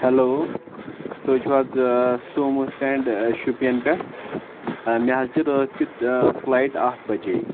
hello تُہۍ چھو حظ سومو سٹینڈ شُپین پیٹھ مٚے حظ چھِ راتھ کیُتھ فلایٹ اکھ بجے